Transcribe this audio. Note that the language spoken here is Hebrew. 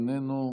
איננו,